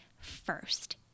first